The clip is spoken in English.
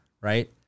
right